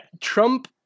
Trump